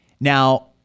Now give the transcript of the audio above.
Now